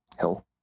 Hill